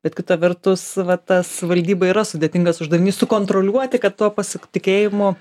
bet kita vertus va tas valdyba yra sudėtingas uždavinys sukontroliuoti kad tuo pasiktikėjimu